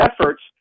efforts